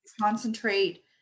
concentrate